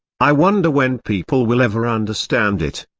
i wonder when people will ever understand it.